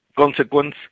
Consequence